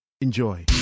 enjoy